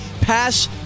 pass